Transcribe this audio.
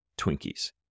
Twinkies